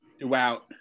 throughout